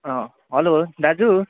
hello दाजु